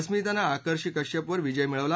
अस्मितानं आकार्शी कश्यपवर विजय मिळवला